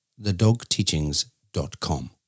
thedogteachings.com